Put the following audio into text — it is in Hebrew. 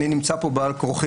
הוצאה לפועל,